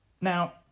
Now